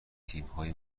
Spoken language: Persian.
تیمهای